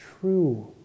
true